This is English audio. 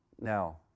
now